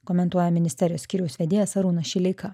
komentuoja ministerijos skyriaus vedėjas arūnas šileika